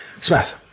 Smith